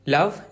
Love